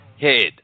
head